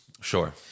Sure